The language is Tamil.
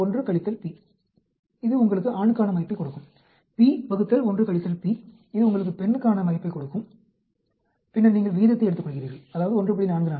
p இது உங்களுக்கு ஆணுக்கான மதிப்பைக் கொடுக்கும் p இது உங்களுக்கு பெண்ணுக்கான மதிப்பைக் கொடுக்கும் பின்னர் நீங்கள் விகிதத்தை எடுத்துக்கொள்கிறீர்கள் அதாவது 1